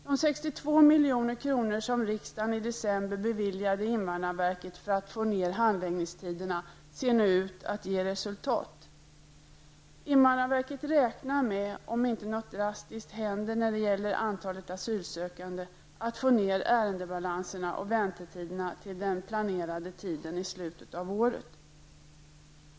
De 62 milj.kr. som riksdagen i december beviljande invandrarverket för att få ned handläggningstiderna ser nu ut att ge resultat. Om inte något drastiskt händer när det gäller antalet asylsökande, räknar invandrarverket med att få ned ärendebalanserna och väntetiderna till den planerade tiden i slutet av året.